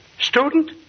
Student